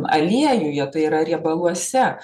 aliejuje tai yra riebaluose